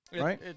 Right